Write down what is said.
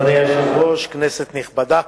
אדוני היושב-ראש, כנסת נכבדה,